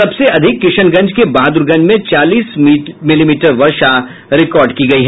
सबसे अधिक किशनगंज के बहाद्रगंज में चालीस मिलीमीटर वर्षा रिकॉर्ड की गयी